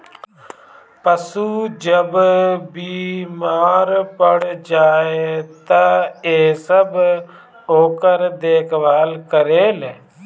पशु जब बेमार पड़ जाए त इ सब ओकर देखभाल करेल